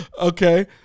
okay